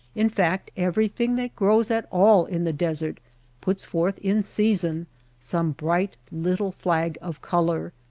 in fact everything that grows at all in the desert puts forth in sea son some bright little flag of color.